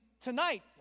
tonight